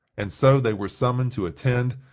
and so they were summoned to attend,